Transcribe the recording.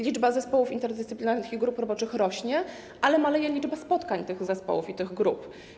Liczba zespołów interdyscyplinarnych i grup roboczych rośnie, ale maleje liczba spotkań tych zespołów i tych grup.